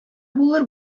булыр